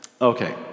Okay